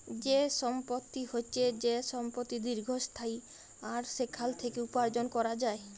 যে সম্পত্তি হচ্যে যে সম্পত্তি দীর্ঘস্থায়ী আর সেখাল থেক্যে উপার্জন ক্যরা যায়